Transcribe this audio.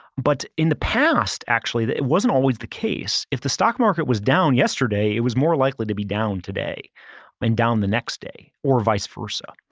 but in the past actually it wasn't always the case. if the stock market was down yesterday, it was more likely to be down today and down the next day or vice versa.